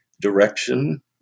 direction